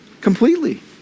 completely